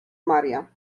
maria